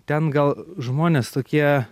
ten gal žmonės tokie